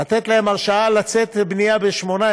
לתת להם הרשאה לצאת לבנייה ב-2018.